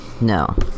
No